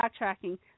backtracking